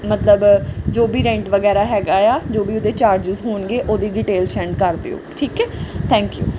ਮਤਲਬ ਜੋ ਵੀ ਰੈਂਟ ਵਗੈਰਾ ਹੈਗਾ ਆ ਜੋ ਵੀ ਉਹਦੇ ਚਾਰਜਸ ਹੋਣਗੇ ਉਹਦੀ ਡਿਟੇਲ ਸੈਂਡ ਕਰ ਦਿਓ ਠੀਕ ਹੈ ਥੈਂਕ ਯੂ